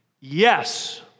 Yes